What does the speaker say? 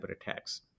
attacks